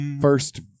first